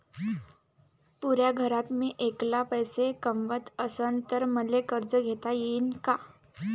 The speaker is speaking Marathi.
पुऱ्या घरात मी ऐकला पैसे कमवत असन तर मले कर्ज घेता येईन का?